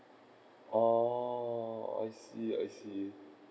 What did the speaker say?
orh I see I see